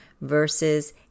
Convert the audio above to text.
versus